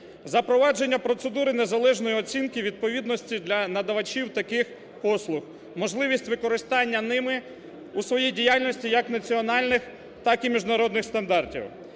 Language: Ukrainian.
запровадження процедури незалежної оцінки відповідності для надавачів таких послуг, можливість використання ними у своїй діяльності як національних, так і міжнародних стандартів.